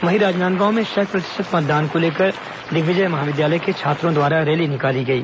वहीं राजनांदगांव में शत प्रतिशत मतदान को लेकर दिग्विजय महाविद्यालय के छात्रों द्वारा रैली निकाली गई